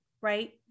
right